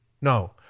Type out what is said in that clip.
No